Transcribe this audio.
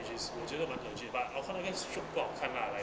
which is 我觉得满 legit but 我看到那个 stroke 是不好看 lah like